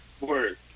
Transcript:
Word